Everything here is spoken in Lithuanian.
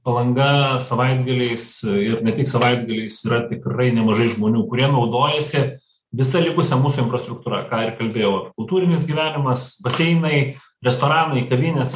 palanga savaitgaliais ir ne tik savaitgaliais yra tikrai nemažai žmonių kurie naudojasi visa likusia mūsų infrastruktūra ką ir kalbėjau kultūrinis gyvenimas baseinai restoranai kavinės